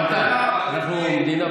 כבוד השר,